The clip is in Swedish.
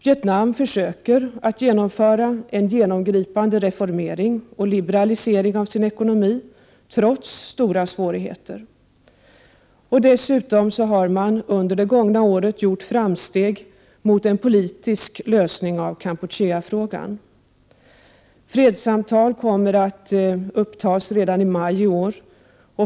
Vietnam försöker att genomföra en genomgripande reformering och liberalisering av sin ekonomi, trots stora svårigheter. Dessutom har man under det gångna året gjort framsteg mot en politisk lösning av Kampucheafrågan. Fredssamtal kommer att upptas redan i maj i år.